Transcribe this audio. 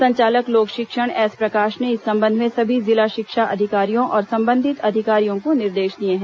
संचालक लोक शिक्षण एस प्रकाश ने इस संबंध में सभी जिला शिक्षा अधिकारियों और संबंधित अधिकारियों को निर्देश दिए हैं